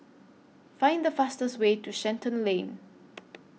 Find The fastest Way to Shenton Lane